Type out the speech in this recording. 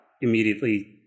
immediately